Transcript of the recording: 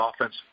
offense